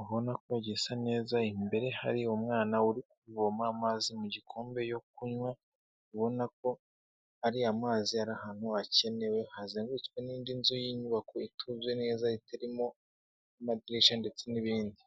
ubona gisa neza, imbere hari umwana urikuvoma amazi mu gikombe yo kunywa, ubona ko ariya mazi ari ahantu hakenewe hazengurutswe n'indi nzu y'inyubako ituzuye neza itarimo amadirishya ndetse n'ibindi.